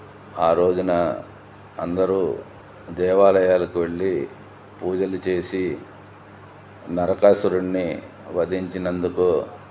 ఆ రోజున అందరూ దేవాలయాలకు వెళ్ళి పూజలు చేసి నరకాసురుడ్ని వధించినందుకు